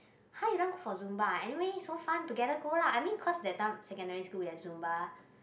!huh! you don't want go for Zumba ah anyway so fun together go lah i mean cause that time secondary school we have Zumba